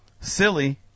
Silly